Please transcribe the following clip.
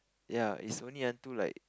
ya it's only until like